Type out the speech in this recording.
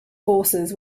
forces